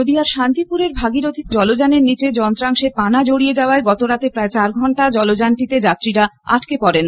নদীয়ার শান্তিপুরের ভাগীরথীতে মাঝ গঙ্গায় একটি জলযানের নীচে যন্ত্রাংশে পানা জড়িয়ে যাওয়ায় গত রাতে প্রায় চার ঘণ্টা জলযানটিতে যাত্রীরা আটকে পড়েন